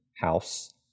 house